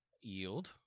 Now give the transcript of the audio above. Yield